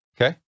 Okay